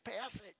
passage